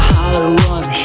Hollywood